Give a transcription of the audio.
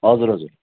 हजुर हजुर